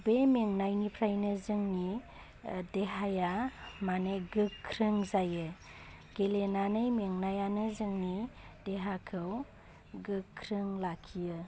बे मेंनायनिफ्रायनो जोंनि देहाया मानि गोख्रों जायो गेलेनानै मेंनायानो जोंनि देहाखौ गोख्रों लाखियो